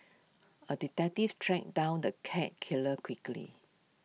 A detective tracked down the cat killer quickly